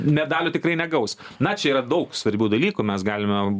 medalių tikrai negaus na čia yra daug svarbių dalykų mes galime